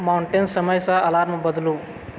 mountain समयसँ alarm बदलू